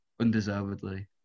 undeservedly